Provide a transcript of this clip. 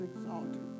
exalted